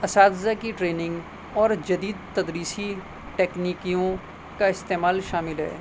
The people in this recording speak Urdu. اساتذہ کی ٹریننگ اور جدید تدریسی تکنیکیوں کا استعمال شامل ہے